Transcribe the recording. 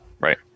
right